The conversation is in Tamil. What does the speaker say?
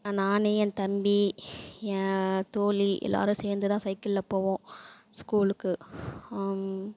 நான் என் தம்பி என் தோழி எல்லாரும் சேர்ந்துதான் சைக்கிளில் போவோம் ஸ்கூலுக்கு